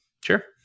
Sure